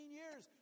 years